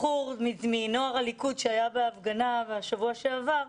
בחור מנוער הליכוד שהיה בהפגנה בשבוע שעבר,